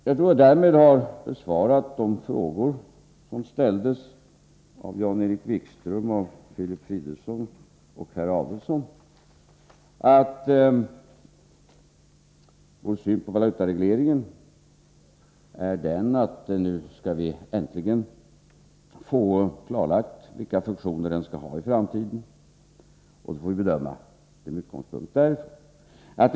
Jag tror att jag därmed har besvarat de frågor som har ställts av Jan-Erik Wikström, Filip Fridolfsson och herr Adelsohn. Vår syn på valutaregleringen är den att vi nu äntligen skall få klarlagt vilken funktion den skall ha i framtiden, och då får vi göra en bedömning med utgångspunkt från detta.